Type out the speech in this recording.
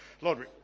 Lord